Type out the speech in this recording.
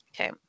okay